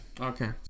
Okay